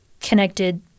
connected